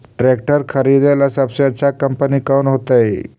Tractor खरीदेला सबसे अच्छा कंपनी कौन होतई?